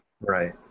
Right